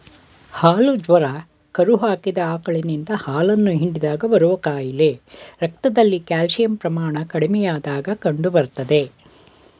ಹಾಲು ಜ್ವರ ಕರು ಹಾಕಿದ ಆಕಳಿನಿಂದ ಹಾಲನ್ನು ಹಿಂಡಿದಾಗ ಬರುವ ಕಾಯಿಲೆ ರಕ್ತದಲ್ಲಿ ಕ್ಯಾಲ್ಸಿಯಂ ಪ್ರಮಾಣ ಕಡಿಮೆಯಾದಾಗ ಕಂಡುಬರ್ತದೆ